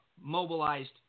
mobilized